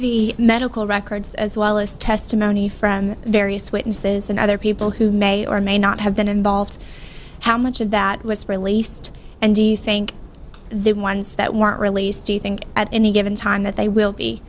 the medical records as well as testimony from various witnesses and other people who may or may not have been involved how much of that was released and do you think they ones that weren't released do you think at any given time that they will be